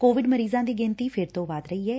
Covid ਮਰੀਜ਼ਾਂ ਦੀ ਗਿਣਤੀ ਫਿਰ ਤੋਂ ਵੱਧ ਰਹੀ ਐ